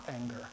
anger